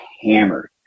hammered